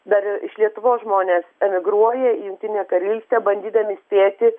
dar ir iš lietuvos žmonės emigruoja į jungtinę karalystę bandydami spėti